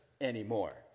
anymore